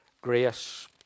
grace